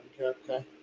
Okay